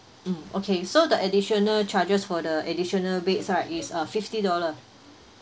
mm okay so the additional charges for the additional beds right it's uh fifty dollars